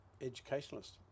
educationalist